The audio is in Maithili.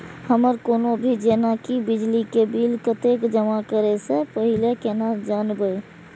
हमर कोनो भी जेना की बिजली के बिल कतैक जमा करे से पहीले केना जानबै?